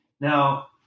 Now